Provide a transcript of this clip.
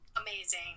Amazing